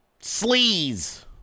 Sleaze